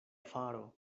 faro